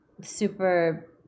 super